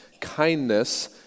kindness